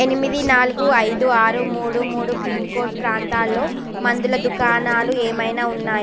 ఎనిమిది నాలుగు ఐదు ఆరు మూడు మూడు పిన్ కోడ్ ప్రాంతాల్లో మందుల దుకాణాలు ఏమైనా ఉన్నాయా